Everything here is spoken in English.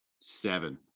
Seven